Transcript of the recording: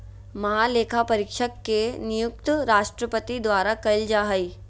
महालेखापरीक्षक के नियुक्ति राष्ट्रपति द्वारा कइल जा हइ